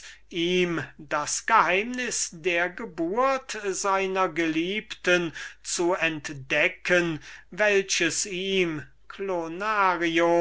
ihm das geheimnis der geburt seiner geliebten zu entdecken welches ihm